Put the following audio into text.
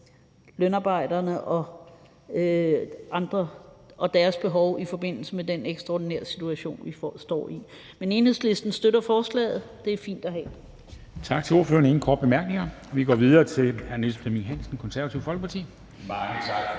lønarbejderne og andre og deres behov i forbindelse med den ekstraordinære situation, vi står i. Men Enhedslisten støtter forslaget. Det er fint at have. Kl. 11:23 Formanden (Henrik Dam Kristensen): Tak til ordføreren. Der er ingen korte bemærkninger, og vi går videre til hr. Niels Flemming Hansen, Det Konservative Folkeparti. Kl.